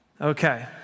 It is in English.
Okay